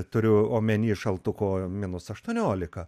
turiu omeny šaltuko minus aštuoniolika